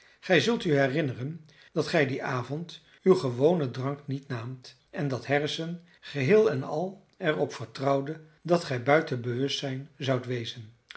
gij zult u herinneren dat gij dien avond uw gewonen drank niet naamt en dat harrison geheel en al er op vertrouwde dat gij buiten bewustzijn zoudt wezen